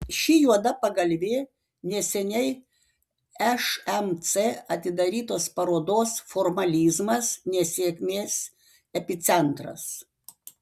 ši juoda pagalvė neseniai šmc atidarytos parodos formalizmas ne sėkmės epicentras